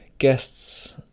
guests